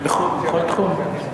בכל תחום?